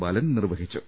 ബാലൻ നിർവഹിച്ചു